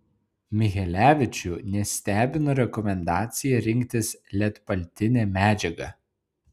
michelevičių nestebino rekomendacija rinktis lietpaltinę medžiagą